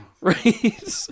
Right